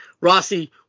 Rossi